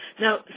Now